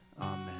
Amen